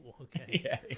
okay